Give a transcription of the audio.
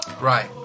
Right